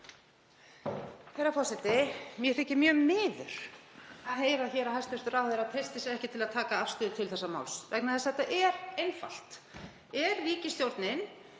Herra forseti. Mér þykir mjög miður að heyra að hæstv. ráðherra treysti sér ekki til að taka afstöðu til þessa máls vegna þess að þetta er einfalt. Er ríkisstjórnin